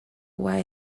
why